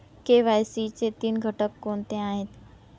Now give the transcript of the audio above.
KYC चे तीन घटक कोणते आहेत?